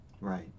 Right